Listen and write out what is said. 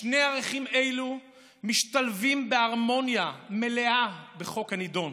שני ערכים אלה משתלבים בהרמוניה מלאה בחוק הנדון.